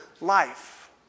life